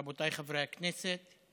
רבותיי חברי כנסת,